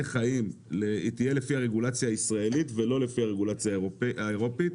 חיים יהיו לפי הרגולציה הישראלית ולא לפי הרגולציה האירופית.